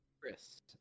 Chris